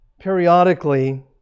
Periodically